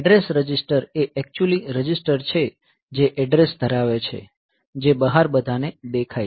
address register એ actually register છે જે એડ્રેસ ધરાવે છે જે બહાર બધાને દેખાય છે